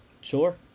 sure